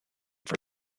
for